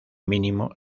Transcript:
mínimo